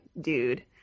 dude